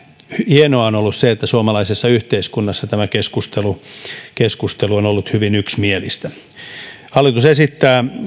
hienoa on ollut se että suomalaisessa yhteiskunnassa tämä keskustelu on ollut hyvin yksimielistä hallitus esittää